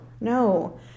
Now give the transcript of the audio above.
no